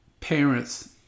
parents